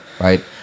right